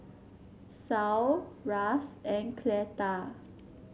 Saul Ras and Cleta